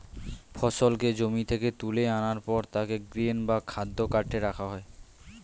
ফসলকে জমি থেকে তুলে আনার পর তাকে গ্রেন বা খাদ্য কার্টে রাখা হয়